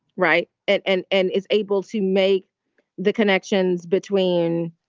right. and and and is able to make the connections between,